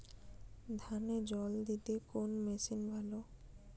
ধানে জল দিতে কোন মেশিন ভালো?